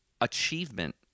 achievement